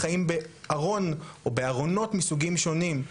חיים בארון או בארונות מסוגים שונים,